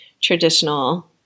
traditional